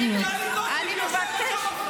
ראית למי סותמים את